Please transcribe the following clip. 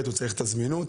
הזמינות